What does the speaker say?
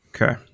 okay